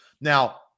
Now